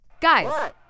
Guys